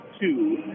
two